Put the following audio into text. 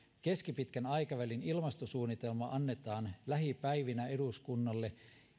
keskipitkän aikavälin ilmastosuunnitelma annetaan lähipäivinä eduskunnalle